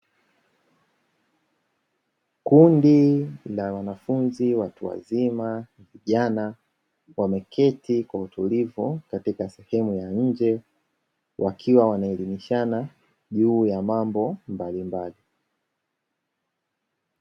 Kundi la wanafunzi watu wazima vijana wameketi kwa utulivu katika sehemu ya nje wakiwa wanaelimishana juu ya mambo mbalimbali.